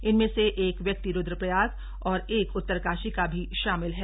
इनमें से एक व्यक्ति रुद्रप्रयाग और एक उत्तरकाशी का भी शामिल है